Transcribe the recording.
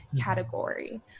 category